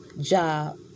job